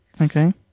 Okay